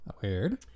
Weird